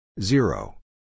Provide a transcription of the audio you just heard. zero